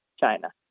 China